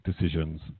decisions